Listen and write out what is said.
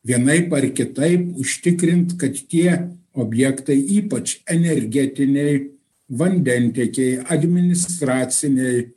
vienaip ar kitaip užtikrint kad tie objektai ypač energetiniai vandentiekiai administraciniai